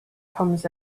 comes